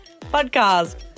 podcast